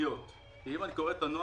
את הנוהל,